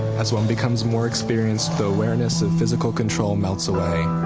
as one becomes more experienced the awareness of physical control melts away.